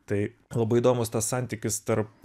tai labai įdomus tas santykis tarp